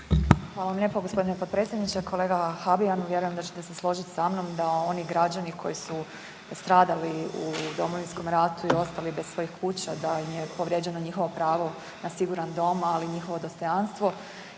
Hvala lijepo gospodine potpredsjedniče. Kolega Habijan vjerujem da ćete se složiti sa mnom da oni građani koji su stradali u Domovinskom ratu i ostali bez svojih kuća da im je povrijeđeno njihovo pravo na siguran dom, ali i njihovo dostojanstvo